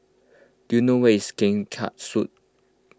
do you know where's Keng Kiat Street